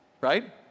Right